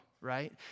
right